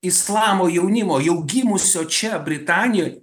islamo jaunimo jau gimusio čia britanijoj